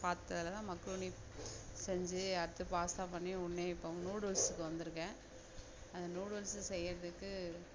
பாத்ததிலதான் macaroni செஞ்சி அடுத்து pasta பண்ணி இப்போது நூடுல்ஸுக்கு வந்திருக்கேன் அந்த நூடுல்ஸு செய்கிறதுக்கு